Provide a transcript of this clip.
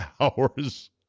hours